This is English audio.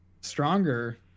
stronger